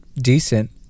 decent